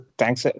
thanks